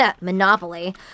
Monopoly